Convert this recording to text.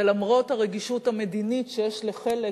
ולמרות הרגישות המדינית שיש לחלק,